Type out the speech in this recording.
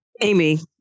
Amy